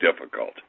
difficult